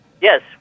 Yes